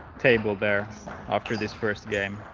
table there after this first game.